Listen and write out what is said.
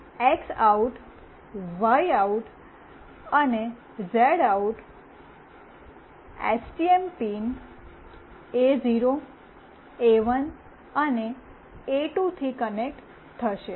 x આઉટવાય out અને Z out STM pin એ0 એ1 અને એ2 થી કનેક્ટ થશે